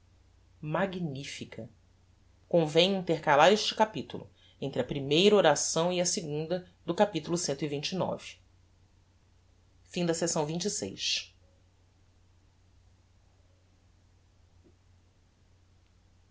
magnifica convém intercalar este capitulo entre a primeira oração e a segunda do cap cxxix capitulo cxxxi